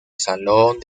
salón